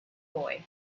boy